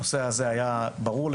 הנושא הזה היה ברור לכולם,